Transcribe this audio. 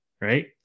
right